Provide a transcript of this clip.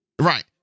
Right